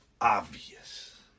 obvious